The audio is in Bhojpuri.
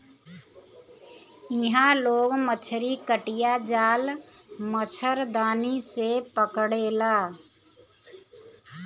इहां लोग मछरी कटिया, जाल, मछरदानी से पकड़ेला